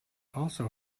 also